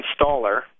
installer